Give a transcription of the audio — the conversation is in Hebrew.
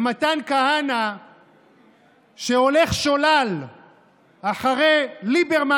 למתן כהנא שהולך שולל אחרי ליברמן